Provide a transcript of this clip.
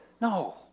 No